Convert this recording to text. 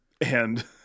and-